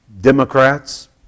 Democrats